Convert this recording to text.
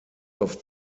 auf